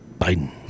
Biden